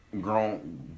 grown